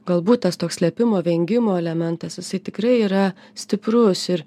galbūt tas toks slėpimo vengimo elementas jisai tikrai yra stiprus ir